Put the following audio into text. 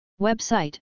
Website